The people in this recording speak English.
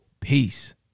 Peace